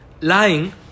lying